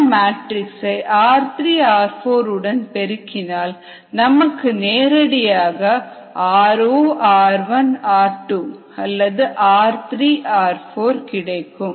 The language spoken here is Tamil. இந்த மேற்றிக்ஸ் ஐ r3 r4 உடன் பெருக்கினால் நமக்கு நேரடியாக r0r1r2 அல்லது r3 r4 கிடைக்கும்